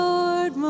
Lord